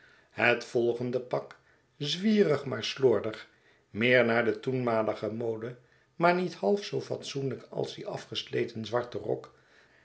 het volgende pak zwierig maar slordig meer naar de toenmalige mode maar niet half zoo fatsoenlijk als die afgesleten zwarte rok